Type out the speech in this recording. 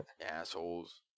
Assholes